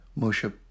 Moshe